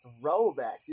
throwback